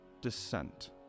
descent